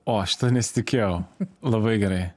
o šito nesitikėjau labai gerai